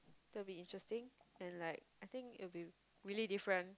that will be interesting and like I think it'll be really different